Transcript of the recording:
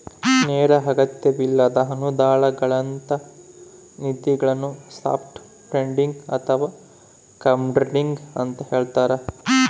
ನೇರ ಅಗತ್ಯವಿಲ್ಲದ ಅನುದಾನಗಳಂತ ನಿಧಿಗಳನ್ನು ಸಾಫ್ಟ್ ಫಂಡಿಂಗ್ ಅಥವಾ ಕ್ರೌಡ್ಫಂಡಿಂಗ ಅಂತ ಹೇಳ್ತಾರ